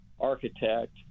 architect